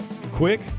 quick